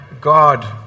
God